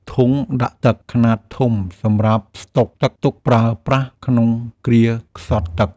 ធុងដាក់ទឹកខ្នាតធំសម្រាប់ស្តុកទឹកទុកប្រើប្រាស់ក្នុងគ្រាខ្សត់ទឹក។